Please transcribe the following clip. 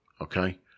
okay